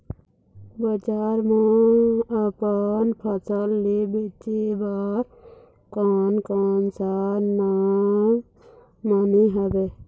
बजार मा अपन फसल ले बेचे बार कोन कौन सा नेम माने हवे?